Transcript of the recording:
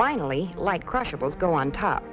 finally like crash or both go on top